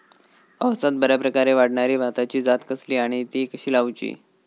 पावसात बऱ्याप्रकारे वाढणारी भाताची जात कसली आणि ती कशी लाऊची?